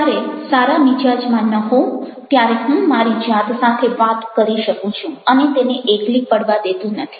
જ્યારે સારા મિજાજમાં ન હોઉં ત્યારે હું મારી જાત સાથે વાત કરી શકું છું અને તેને એકલી પડવા દેતો નથી